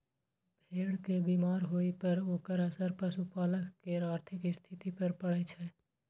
भेड़ के बीमार होइ पर ओकर असर पशुपालक केर आर्थिक स्थिति पर पड़ै छै